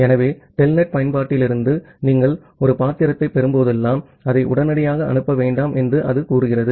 ஆகவே டெல்நெட் பயன்பாட்டிலிருந்து நீங்கள் ஒரு கேரக்டர் பெறும்போதெல்லாம் அதை உடனடியாக அனுப்ப வேண்டாம் என்று அது கூறுகிறது